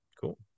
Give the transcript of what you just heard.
Cool